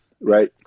right